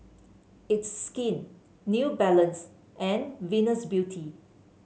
It's Skin New Balance and Venus Beauty